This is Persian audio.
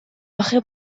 اخه